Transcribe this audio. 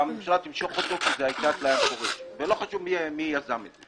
כי הממשלה תמשוך אותו, ולא חשוב מי יזם אותו.